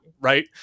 Right